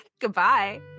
goodbye